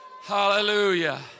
hallelujah